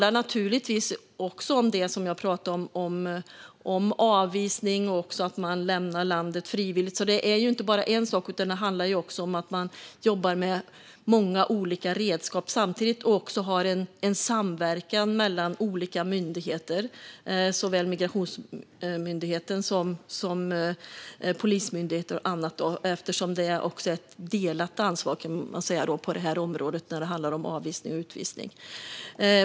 Men naturligtvis handlar det även om avvisning och att människor lämnar landet frivilligt, vilket jag också talade om. Det är alltså inte bara en sak, utan det handlar om att man jobbar med många olika redskap samtidigt och även har en samverkan mellan olika myndigheter - såväl Migrationsverket som Polismyndigheten och annat. Det är nämligen ett delat ansvar när det handlar om avvisning och utvisning.